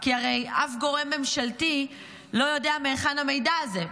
כי הרי אף גורם ממשלתי לא יודע מהיכן המידע הזה.